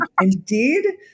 indeed